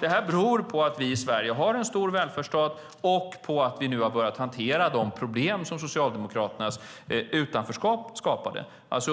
Det beror på att vi i Sverige har en stor välfärdsstat och på att vi nu har börjat hantera de problem som Socialdemokraternas utanförskap skapade.